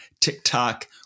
TikTok